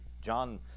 John